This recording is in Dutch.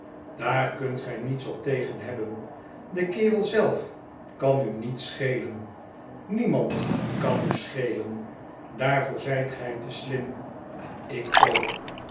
daar kunt gij niets op tegen hebben de kerel zelf kan u niet schelen niemand kan u schelen daarvoor zijt gij te slim en ik ook